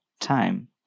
time